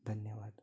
धन्यवाद